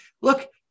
look